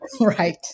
Right